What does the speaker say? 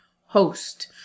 host